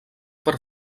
per